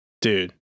Dude